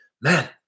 man